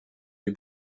nie